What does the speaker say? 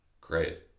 Great